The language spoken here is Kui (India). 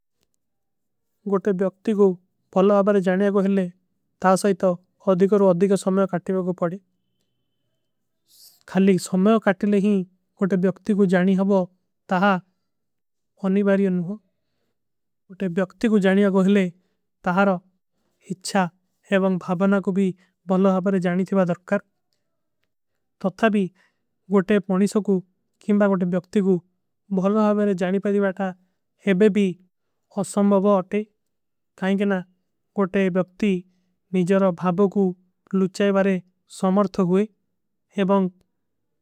ଗୋତେ ବ୍ଯୋକ୍ତି କୋ ବହଲା ହାବାରେ ଜାନିଯା ଗୋହିଲେ ତା ସାଇତା ଅଧିକର। ଅଧିକର ସମଯୋଂ କାଟୀ ବାଗୋ ପଡେ ଖାଲୀ ସମଯୋଂ। କାଟୀ ଲେ ହୀ ଗୋତେ ବ୍ଯୋକ୍ତି କୋ ଜାନିଯା ହବା ତାହା ଅନିବାରୀ ଅନୁଭଵ। ଗୋତେ ବ୍ଯୋକ୍ତି କୋ ଜାନିଯା ଗୋହିଲେ ତାହାରା ହିଚ୍ଛା ଏବଂଗ ଭାଵନା କୋ। ଭୀ ବହଲା ହାବାରେ ଜାନିଯା ଦର୍କର ତତ୍ଥା ଭୀ ଗୋତେ ପନୀଶୋଂ କୋ ଗୋତେ। ବ୍ଯୋକ୍ତି କୋ ବହଲା ହାବାରେ ଜାନିଯା ପଢିଵା ତା ଏବେ ଭୀ ଅସମଭଵା ଅଥେ। ଖାଇଂଗେନା ଗୋତେ ବ୍ଯୋକ୍ତି ମିଝର ଭାଵୋଂ କୋ ଲୁଚ୍ଚାଏବାରେ ସମର୍ଥ ହୋଈ ଏବଂଗ।